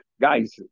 guys